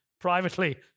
privately